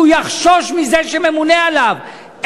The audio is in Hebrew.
שהוא יחשוש מזה שממונה עליו.